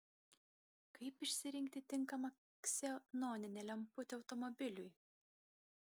kaip išsirinkti tinkamą ksenoninę lemputę automobiliui